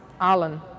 Alan